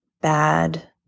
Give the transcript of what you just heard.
bad